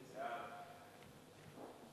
חוק הגנת הצרכן